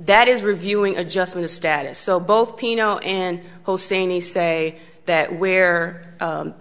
that is reviewing adjustment of status so both pino and hosseini say that where